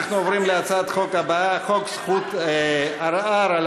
אנחנו עוברים להצעת החוק הבאה: הצעת חוק זכות ערר על